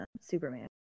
Superman